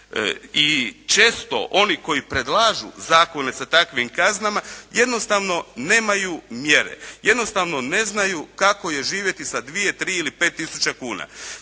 i često oni koji predlažu zakone sa takvim kaznama jednostavno nemaju mjere. Jednostavno ne znaju kako je živjeti sa dvije, tri ili pet tisuća kuna.